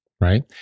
right